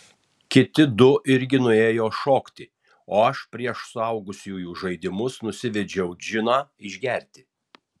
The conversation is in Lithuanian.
kiti du irgi nuėjo šokti o aš prieš suaugusiųjų žaidimus nusivedžiau džiną išgerti